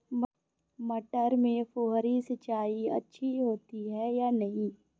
मटर में फुहरी सिंचाई अच्छी होती है या नहीं?